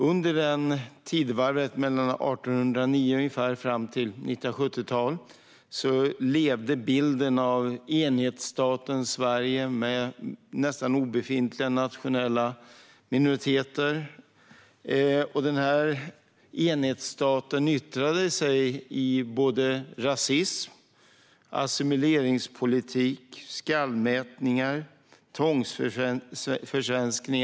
Under tidevarvet ungefär mellan 1809 och 1970-talet levde bilden av enhetsstaten Sverige med nästan obefintliga nationella minoriteter. Enhetsstaten yttrade sig i rasism, assimileringspolitik, skallmätning och tvångsförsvenskning.